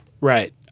Right